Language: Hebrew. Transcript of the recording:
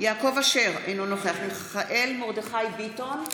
יעקב אשר, אינו נוכח מיכאל מרדכי ביטון,